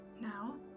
Now